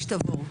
תבור,